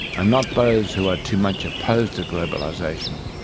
ah not those who are too much opposed to globalisation,